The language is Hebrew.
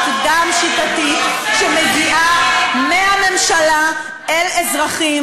כאן התרת דם שיטתית שמגיעה מהממשלה אל אזרחים.